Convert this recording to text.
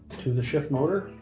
to the shift motor.